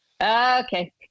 okay